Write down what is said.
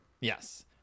yes